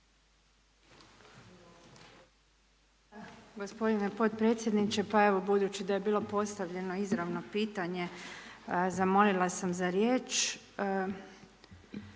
Gospodine potpredsjedniče, pa evo, budući da je bilo postavljeno izravno pitanje, zamolila sam za riječ.